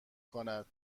کند